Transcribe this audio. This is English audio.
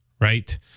right